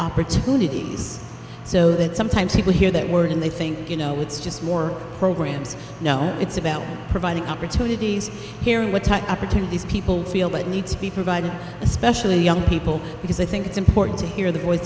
opportunities so that sometimes people hear that word and they think you know it's just more programs now it's about providing opportunities here what type are to these people feel that need to be provided especially young people because i think it's important to hear the voice